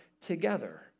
together